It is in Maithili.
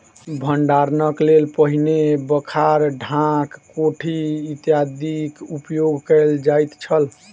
भंडारणक लेल पहिने बखार, ढाक, कोठी इत्यादिक उपयोग कयल जाइत छल